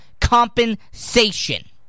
compensation